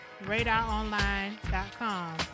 radaronline.com